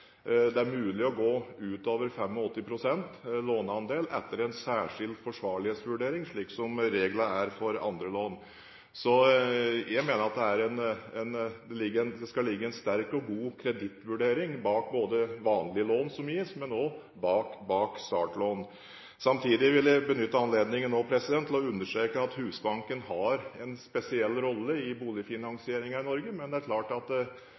det er mulig å gå utover 85 pst. låneandel etter en særskilt forsvarlighetsvurdering, slik reglene er for andre lån. Jeg mener at det skal ligge en sterk og god kredittvurdering bak både vanlige lån som gis, og bak startlån. Samtidig vil jeg benytte anledningen til å understreke at Husbanken har en spesiell rolle i boligfinansieringen i Norge. Men det er klart at